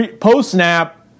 post-snap